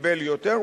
וקיבל יותר,